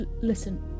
listen